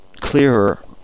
clearer